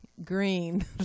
Green